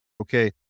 okay